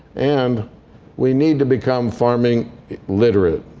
and we need to become farming literate.